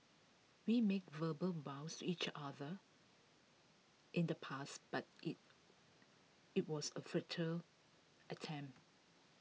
we made verbal vows to each other in the past but IT it was A futile attempt